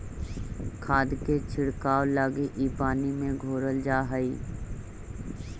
खाद के छिड़काव लगी इ पानी में घोरल जा हई